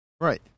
Right